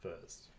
first